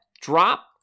drop